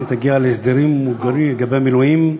תגיע להסדרים מוגדרים לגבי המילואים: